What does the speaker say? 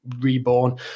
reborn